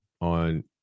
on